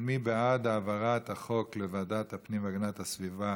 מי בעד העברת הצעת החוק לוועדת הפנים והגנת הסביבה